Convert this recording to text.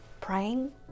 praying